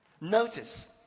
Notice